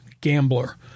gambler